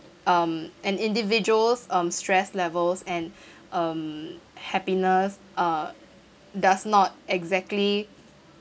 um an individual's um stress level and um happiness uh does not exactly